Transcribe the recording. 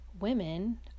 Women